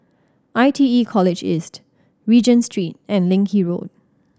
I T E College East Regent Street and Leng Kee Road